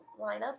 lineup